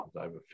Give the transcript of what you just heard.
over